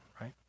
right